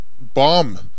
bomb